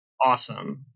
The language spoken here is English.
awesome